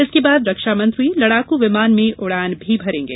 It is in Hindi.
इसके बाद रक्षामंत्री लड़ाकू विमान में उड़ान भी भरेंगे